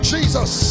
Jesus